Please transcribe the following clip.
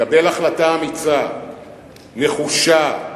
קבל החלטה אמיצה, נחושה,